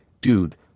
dude